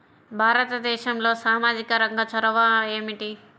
భారతదేశంలో సామాజిక రంగ చొరవ ఏమిటి?